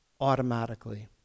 automatically